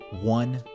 One